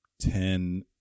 ten